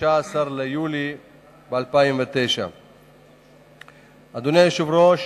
מ-15 ביולי 2009. אדוני היושב-ראש,